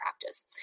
practice